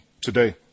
today